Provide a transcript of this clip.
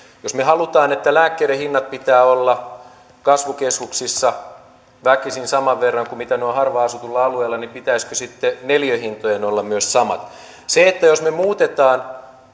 jos me haluamme että lääkkeiden hintojen pitää olla kasvukeskuksissa väkisin saman verran kuin mitä ne ovat harvaan asutuilla alueilla niin pitäisikö sitten myös neliöhintojen olla samat jos me muutamme